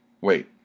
Wait